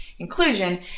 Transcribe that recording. inclusion